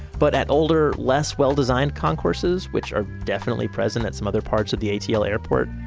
but at older less well designed concourses which are definitely present at some other parts of the atl airport,